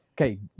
okay